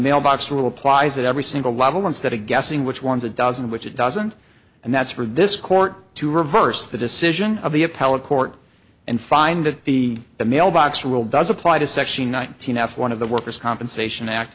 mailbox rule applies at every single level instead of guessing which ones it doesn't which it doesn't and that's for this court to reverse the decision of the appellate court and find that the the mailbox rule does apply to section nineteen f one of the workers compensation act